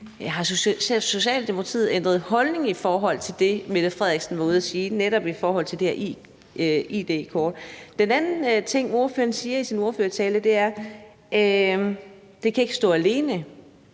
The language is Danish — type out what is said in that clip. Har Socialdemokratiet ændret holdning i forhold til det, Mette Frederiksen var ude at sige om netop det her id-kort? Den anden ting, ordføreren siger i sin ordførertale, er, at det ikke kan stå alene.